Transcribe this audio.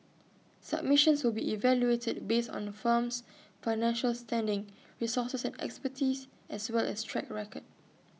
submissions will be evaluated based on A firm's financial standing resources and expertise as well as track record